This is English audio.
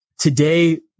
Today